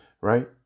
right